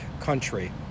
country